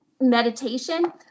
meditation